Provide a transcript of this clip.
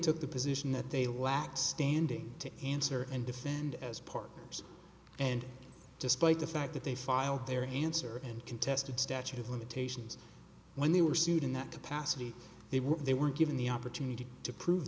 took the position that they lacked standing to answer and defend as partners and despite the fact that they filed their answer and contested statute of limitations when they were sued in that capacity they were they were given the opportunity to prove